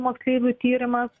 moksleivių tyrimas